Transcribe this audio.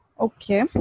Okay